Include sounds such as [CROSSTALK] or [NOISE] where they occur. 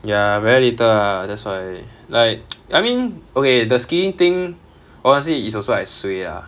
ya very little ah that's why like [NOISE] I mean okay the skiing thing honestly is also I suay ah